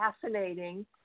fascinating